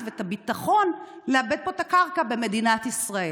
ואת הביטחון לעבד פה את הקרקע במדינת ישראל.